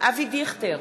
אבי דיכטר,